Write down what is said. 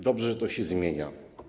Dobrze, że to się zmienia.